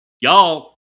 y'all